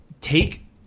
Take